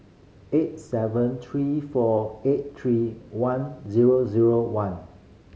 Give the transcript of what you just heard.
eight seven three four eight three one zero zero one